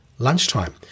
Lunchtime